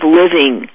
living